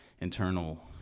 internal